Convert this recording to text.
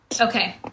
Okay